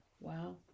Wow